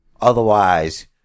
Otherwise